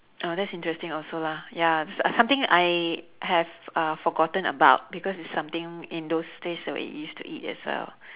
uh that's interesting also lah ya it's something I have uh forgotten about because it's something in those days that we used to eat as well